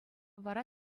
вара